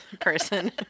person